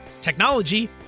technology